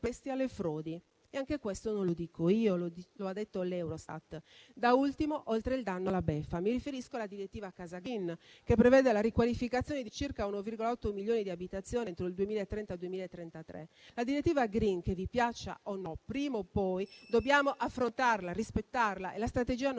E anche questo non lo dico io, lo ha detto l'Eurostat. Da ultimo, oltre al danno la beffa: mi riferisco alla direttiva casa *green*, che prevede la riqualificazione di circa 1,8 milioni di abitazioni entro il 2030 e il 2033. La direttiva *green*, che vi piaccia o no, prima o poi dobbiamo affrontarla e rispettarla e la strategia non può certo